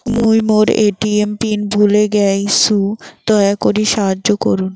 মুই মোর ATM pin ভুলে গেইসু, দয়া করি সাহাইয্য করুন